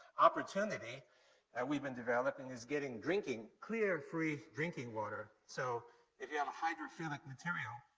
opportunity and we've been developing is getting drinking clear, free, drinking water. so if you have a hydrophilic material,